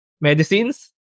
medicines